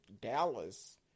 Dallas